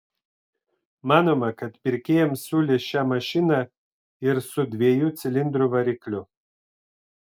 manoma kad pirkėjams siūlys šią mašiną ir su dviejų cilindrų varikliu